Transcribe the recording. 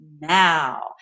now